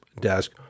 desk